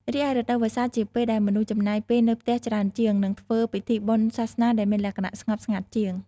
រីឯរដូវវស្សាជាពេលដែលមនុស្សចំណាយពេលនៅផ្ទះច្រើនជាង និងធ្វើពិធីបុណ្យសាសនាដែលមានលក្ខណៈស្ងប់ស្ងាត់ជាង។